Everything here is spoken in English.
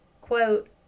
Quote